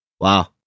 Wow